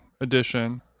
edition